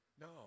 no